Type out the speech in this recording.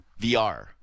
VR